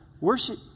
Worship